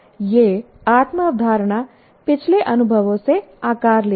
यह आत्म अवधारणा पिछले अनुभवों से आकार लेती है